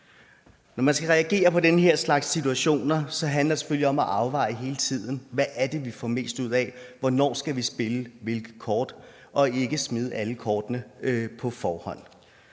Når man skal reagere på den her slags situationer, handler det selvfølgelig om hele tiden at afveje: Hvad er det, vi får mest ud af? Hvornår skal vi spille hvilke kort og ikke smide alle kortene på forhånd?